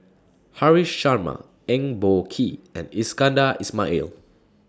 Haresh Sharma Eng Boh Kee and Iskandar Ismail